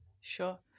Sure